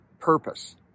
purpose